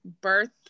birth